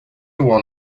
one